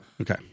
Okay